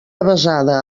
avesada